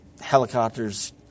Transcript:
helicopters